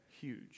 huge